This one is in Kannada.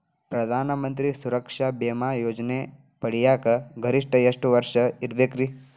ಪ್ರಧಾನ ಮಂತ್ರಿ ಸುರಕ್ಷಾ ಭೇಮಾ ಯೋಜನೆ ಪಡಿಯಾಕ್ ಗರಿಷ್ಠ ಎಷ್ಟ ವರ್ಷ ಇರ್ಬೇಕ್ರಿ?